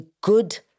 good